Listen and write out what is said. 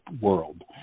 world